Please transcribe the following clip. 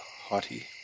haughty